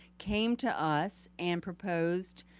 came to us and proposed